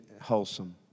wholesome